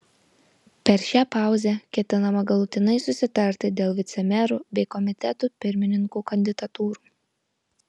per šią pauzę ketinama galutinai susitarti dėl vicemerų bei komitetų pirmininkų kandidatūrų